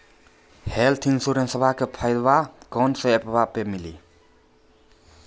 Health इंश्योरेंसबा के फायदावा कौन से ऐपवा पे मिली?